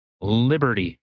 liberty